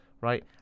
right